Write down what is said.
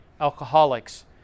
Alcoholics